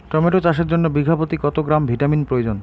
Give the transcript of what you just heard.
Tomato চাষের জন্য বিঘা প্রতি কত গ্রাম ভিটামিন প্রয়োজন?